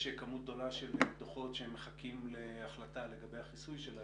כמות גדולה של דוחות שמחכים להחלטה לגבי החיסוי שלהם.